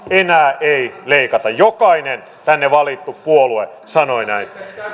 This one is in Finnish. enää ei leikata jokainen tänne valittu puolue sanoi näin